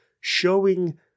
showing